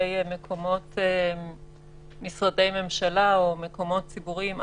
לגבי משרדי ממשלה או מקומות ציבוריים.